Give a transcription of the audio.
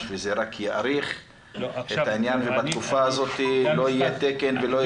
וזה רק יאריך את העניין ובתקופה הזו לא יהיה תקן?